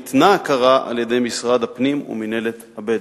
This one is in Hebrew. חינוך במקומות שבהם ניתנה הכרה על-ידי משרד הפנים ומינהלת הבדואים.